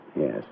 Yes